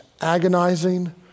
agonizing